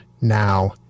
now